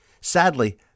Sadly